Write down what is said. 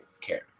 care